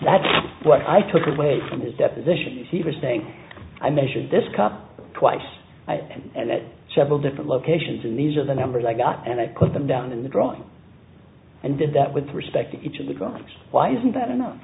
that's what i took away from his deposition he was saying i measured this cup twice and it several different locations and these are the numbers i got and i put them down in the drawing and did that with respect to each of the golf why isn't that enough